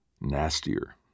nastier